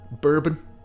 bourbon